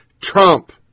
Trump